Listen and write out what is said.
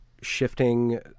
shifting